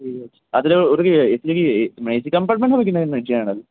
ও আচ্ছা আপনি যে ওটা কি এসি কি মানে এসি কম্পার্টমেন্টে হবে না কি জেনারেল হবে